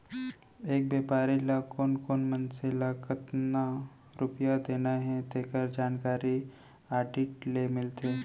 एक बेपारी ल कोन कोन मनसे ल कतना रूपिया देना हे तेखर जानकारी आडिट ले मिलथे